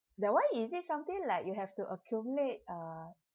that one is it something like you have to accumulate uh